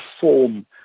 form